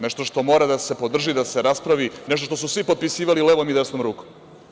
Nešto što mora da se podrži, da se raspravi, nešto što su svi potpisivali levom i desnom rukom.